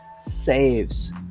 saves